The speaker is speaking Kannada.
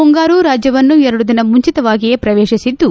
ಮುಂಗಾರು ರಾಜ್ಯವನ್ನು ಎರಡು ದಿನ ಮುಂಚಿತವಾಗಿಯೇ ಪ್ರವೇತಿಸಿದ್ದು